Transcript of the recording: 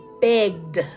begged